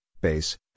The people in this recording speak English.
base